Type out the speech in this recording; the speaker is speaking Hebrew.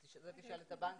את זה תשאל את הבנקים.